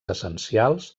essencials